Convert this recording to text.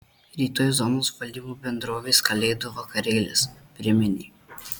rytoj zonos valdymo bendrovės kalėdų vakarėlis priminė